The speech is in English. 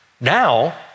Now